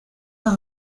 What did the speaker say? her